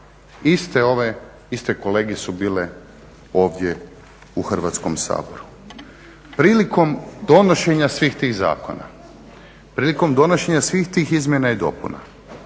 desite. Iste kolege su bile ovdje u Hrvatskom saboru. Prilikom donošenja svih tih zakona, prilikom donošenja svih tih izmjena i dopuna